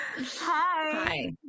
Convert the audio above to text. Hi